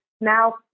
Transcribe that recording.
now